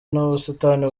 n’ubusitani